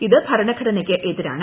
ഇത് ഭരണഘടനയ്ക്ക് എതിരാണ്